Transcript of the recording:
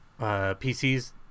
PCs